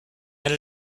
and